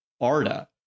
Arda